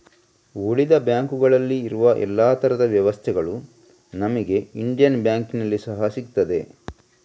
ಉಳಿದ ಬ್ಯಾಂಕುಗಳಲ್ಲಿ ಇರುವ ಎಲ್ಲಾ ತರದ ವ್ಯವಸ್ಥೆಗಳು ನಮಿಗೆ ಇಂಡಿಯನ್ ಬ್ಯಾಂಕಿನಲ್ಲಿ ಸಹಾ ಸಿಗ್ತದೆ